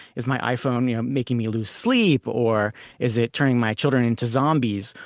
is my iphone yeah making me lose sleep or is it turning my children into zombies?